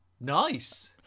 Nice